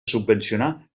subvencionar